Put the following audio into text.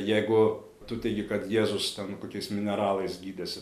jeigu tu teigi kad jėzus ten kokiais mineralais gydėsi